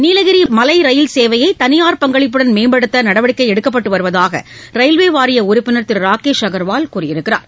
நீலகிரி மலை ரயில் சேவையை தனியார் பங்களிப்புடன் மேம்படுத்த நடவடிக்கை எடுக்கப்பட்டு வருவதாக ரயில்வே வாரிய உறுப்பினர் திரு ராகேஷ் அகர்வால் கூறியுள்ளார்